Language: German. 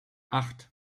acht